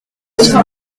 sur